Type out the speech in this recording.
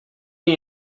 you